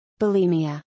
bulimia